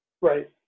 Right